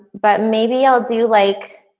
but maybe i'll do like